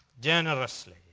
Generously